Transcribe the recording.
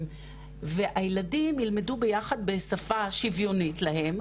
והילדים ילמדו ביחד בשפה שוויונית להם,